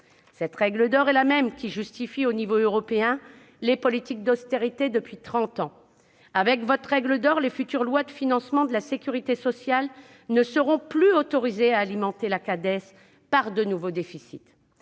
Cette règle d'or est la même qui justifie au niveau européen les politiques d'austérité depuis trente ans. Avec votre règle d'or, les futures lois de financement de la sécurité sociale ne seront plus autorisées à alimenter la Cades par de nouveaux déficits.